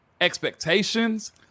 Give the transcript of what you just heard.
expectations